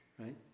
right